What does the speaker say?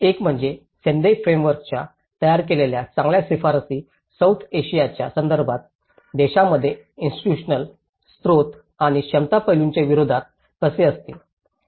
एक म्हणजे सेंदई फ्रेमवर्कच्या तयार केलेल्या चांगल्या शिफारसी सौथ आशियाच्या संदर्भातील देशांमधील इन्स्टिट्यूशनल स्त्रोत आणि क्षमता पैलूंच्या विरोधात कसे असतील